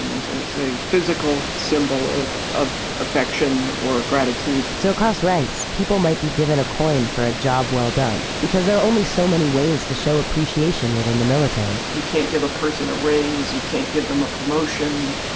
um as as a physical symbol of of affection or gratitude so across ranks, people might be given a coin for a job well done because there are only so many ways to show appreciation within the military you can't give a person a raise. you can't give them a promotion.